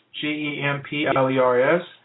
G-E-M-P-L-E-R-S